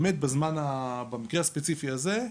במקרה הספציפי הזה,